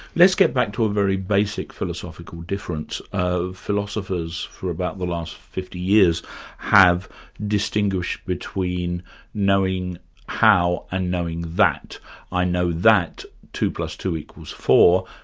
let's get back to a very basic philosophical difference. philosophers for about the last fifty years have distinguished between knowing how and knowing that i know that two plus two equals four.